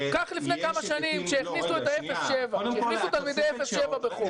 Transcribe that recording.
קח לפני כמה שנים כשהכניסו את תלמידי ה-07 בחוק.